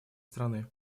страны